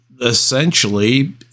essentially